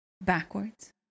Backwards